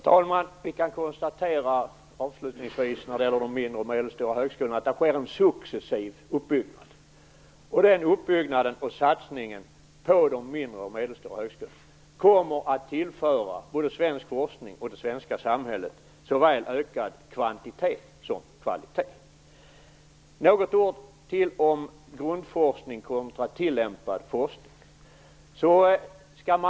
Herr talman! Vi kan avslutningsvis när det gäller de mindre och medelstora högskolorna konstatera att det sker en successiv uppbyggnad. Den uppbyggnaden och satsningen på de mindre och medelstora högskolorna kommer att tillföra både svensk forskning och det svenska samhället såväl ökad kvantitet som kvalitet. Jag vill säga något ord till om grundforskning kontra tillämpad forskning.